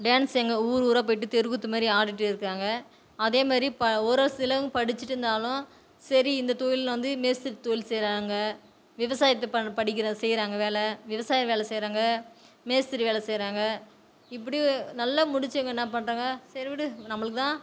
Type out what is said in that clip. dance எங்கள் ஊர் ஊராக போயிட்டு தெருக்கூத்து மாரி ஆடிட்டு இருக்காங்க அதே மாரி ப ஒரு சிலவங்க படிச்சிட்டு இருந்தாலும் சரி இந்த தொழிலில் வந்து மேஸ்திரி தொழில் செய்கிறாங்க விவசாயத்தை பண்ண படிக்கிறது செய்கிறாங்க வேலை விவசாய வேலை செய்கிறாங்க மேஸ்திரி வேலை செய்கிறாங்க இப்படி நல்ல முடிச்சவங்க என்ன பண்ணுறாங்க சரி விடு நம்மளுக்கு தான்